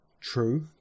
true